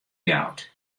ljouwert